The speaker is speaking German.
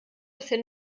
bisher